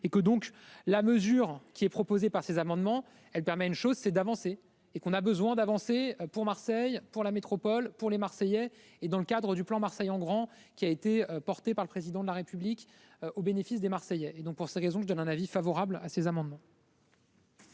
et que donc la mesure qui est proposée par ces amendements, elle permet à une chose, c'est d'avancer et qu'on a besoin d'avancer pour Marseille, pour la métropole pour les Marseillais et dans le cadre du plan Marseille en grand, qui a été porté par le président de la République au bénéfice des Marseillais et donc pour ces raisons je donne un avis favorable à ces amendements.--